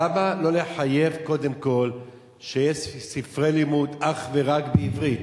למה לא לחייב קודם כול שיהיו ספרי לימוד אך ורק בעברית.